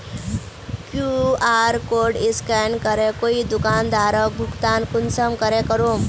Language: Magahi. कियु.आर कोड स्कैन करे कोई दुकानदारोक भुगतान कुंसम करे करूम?